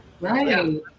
Right